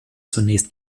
zunächst